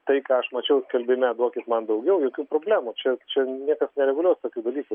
tai ką aš mačiau skelbime duokit man daugiau jokių problemų čia čia niekas nereguliuos tokių dalykų